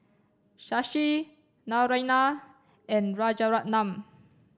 Shashi Naraina and Rajaratnam